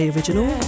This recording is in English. Original